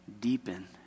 deepen